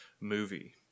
movie